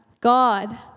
God